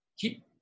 keep